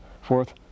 fourth